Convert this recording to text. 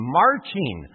marching